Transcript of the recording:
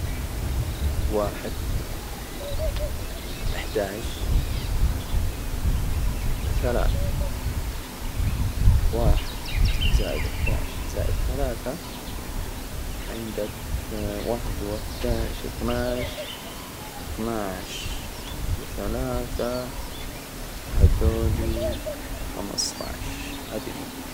واحد، احدى عشر، ثلاثة. واحد + احدى عشر + ثلاثة. عندك واحد واحدى عشر، اثنى عشر-اثنى عشر وثلاثة. هذولي خمسة عشر، هذى النتيجة.